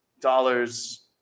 Dollars